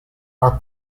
are